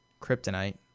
kryptonite